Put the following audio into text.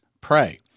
pray